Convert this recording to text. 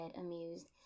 amused